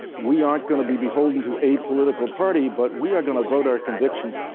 we aren't going to be beholden to a political party, but we are going to vote our convictions,